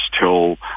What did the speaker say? till